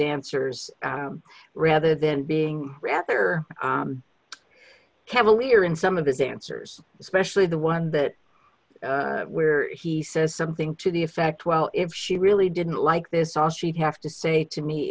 answers rather than being rather cavalier in some of the dancers especially the one that where he says something to the effect well if she really didn't like this all she'd have to say to me